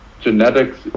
genetics